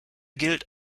gilt